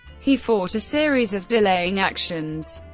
he fought a series of delaying actions.